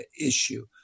issue